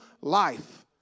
life